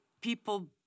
people